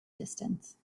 distance